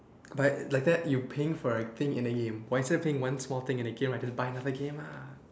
but like that you paying for a thing in the game but instead of pay for one small thing in a game just buy another game ah